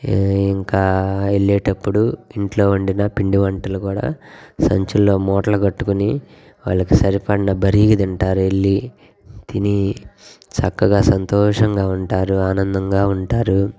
ఇంకా వెళ్ళేటప్పుడు ఇంట్లో వండిన పిండి వంటలు కూడా సంచుల్లో మూటలు కట్టుకుని వాళ్ళకు సరిపడిన బరీగా తింటారు వెళ్ళి తిని చక్కగా సంతోషంగా ఉంటారు ఆనందంగా ఉంటారు